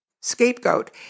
scapegoat